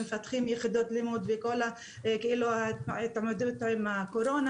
מפתחים יחידות לימוד וכל ההתמודדות עם הקורונה,